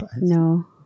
No